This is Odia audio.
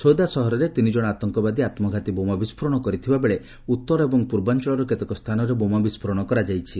ସ୍ୟୋଦା ସହରରେ ତିନିଜଣ ଆତଙ୍କବାଦୀ ଆତ୍ମଘାତୀ ବୋମା ବିସ୍କୋରଣ କରିଥିବାବେଳେ ଉତ୍ତର ଏବଂ ପୂର୍ବାଞ୍ଚଳର କେତେକ ସ୍ଥାନରେ ବୋମା ବିସ୍ଫୋରଣ କରାଯାଇଛି